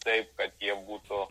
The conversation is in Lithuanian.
taip kad jie būtų